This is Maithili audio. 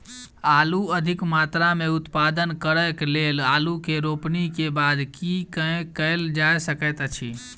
आलु अधिक मात्रा मे उत्पादन करऽ केँ लेल आलु केँ रोपनी केँ बाद की केँ कैल जाय सकैत अछि?